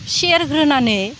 सेरग्रोनानै